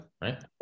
Right